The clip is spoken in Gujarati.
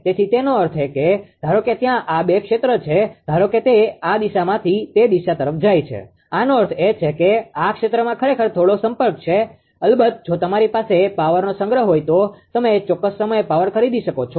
તેથી તેનો અર્થ એ કે ધારો કે ત્યાં આ બે ક્ષેત્ર છે ધારો કે તે આ દિશાથી તે દિશા તરફ જાય છે આનો અર્થ એ છે કે આ ક્ષેત્રમાં ખરેખર થોડો સંપર્ક છે અલબત્ત જો તમારી પાસે પાવરનો સંગ્રહ હોય તો તમે ચોક્કસ સમયે પાવર ખરીદી શકો છો